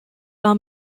are